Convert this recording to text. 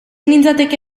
nintzateke